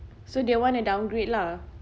so they want to downgrade lah